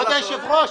כבוד היושב-ראש,